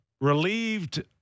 Relieved